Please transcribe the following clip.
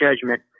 judgment